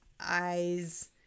eyes